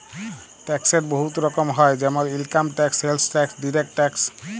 ট্যাক্সের বহুত রকম হ্যয় যেমল income tax, sales tax, direct tax